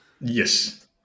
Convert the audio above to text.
Yes